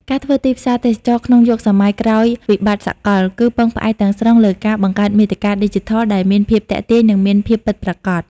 ការធ្វើទីផ្សារទេសចរណ៍ក្នុងយុគសម័យក្រោយវិបត្តិសកល គឺពឹងផ្អែកទាំងស្រុងលើការបង្កើតមាតិកាឌីជីថលដែលមានភាពទាក់ទាញ និងមានភាពពិតប្រាកដ។